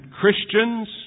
Christians